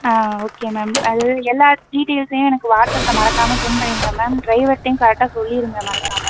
ஆ okay ma'am அது எல்லா டீட்டெயில்ஸையும் எனக்கு வாட்ஸ்அப்பில் மறக்காமல் செண்ட் பண்ணிருங்கள் மேம் டிரைவர்கிட்டையும் கரெக்டாக சொல்லிருங்கள் மறக்காமல்